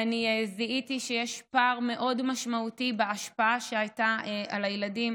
אני זיהיתי שיש פער מאוד משמעותי בהשפעה שהייתה על הילדים